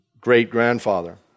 great-grandfather